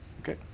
Okay